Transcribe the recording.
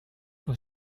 vor